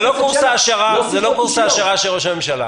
זה לא קורס העשרה של ראש הממשלה.